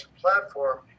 platform